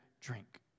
drink